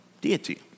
deity